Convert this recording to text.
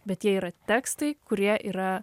bet jie yra tekstai kurie yra